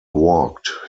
walked